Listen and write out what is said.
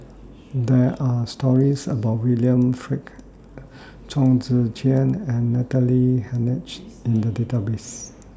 There Are stories about William Farquhar Chong Tze Chien and Natalie Hennedige in The Database